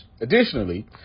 Additionally